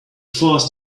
fast